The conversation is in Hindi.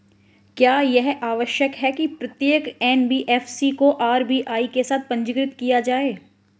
क्या यह आवश्यक है कि प्रत्येक एन.बी.एफ.सी को आर.बी.आई के साथ पंजीकृत किया जाए?